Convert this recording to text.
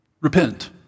Repent